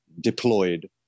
deployed